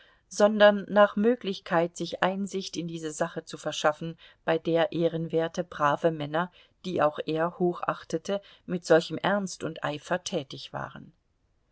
sondern nach möglichkeit sich einsicht in diese sache zu verschaffen bei der ehrenwerte brave männer die auch er hochachtete mit solchem ernst und eifer tätig waren